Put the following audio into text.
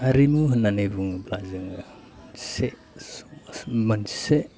हारिमु होननानै बुङोब्ला जोङो मोनसे